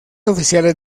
oficiales